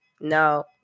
no